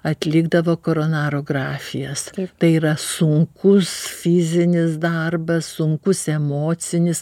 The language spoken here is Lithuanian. atlikdavo koronarografijas ir tai yra sunkus fizinis darbas sunkus emocinis